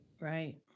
right